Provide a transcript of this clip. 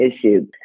issue